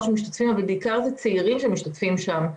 שמשתתפים אבל אלה בעיקר צעירים שמשתתפים שם.